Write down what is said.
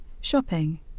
Shopping